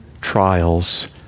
trials